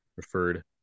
preferred